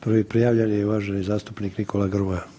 Prvi prijavljen je uvaženi zastupnik Nikola Grmoja.